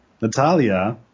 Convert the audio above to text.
Natalia